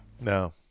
No